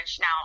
now